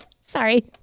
Sorry